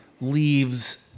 leaves